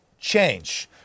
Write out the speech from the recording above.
change